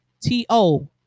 t-o